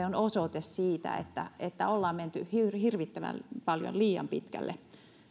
on oikeastaan osoitus siitä että että ollaan menty hirvittävän paljon liian pitkälle